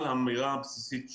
אבל האמירה הבסיסית שלנו,